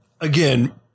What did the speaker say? again